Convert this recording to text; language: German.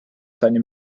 seine